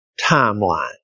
timeline